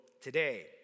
today